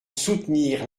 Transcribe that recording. soutenir